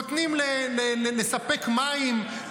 נותנים לספק מים,